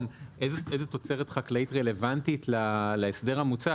איזו תוצרת חקלאית רלוונטית להסדר המוצע.